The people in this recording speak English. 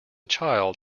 child